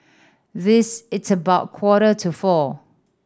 this its about quarter to four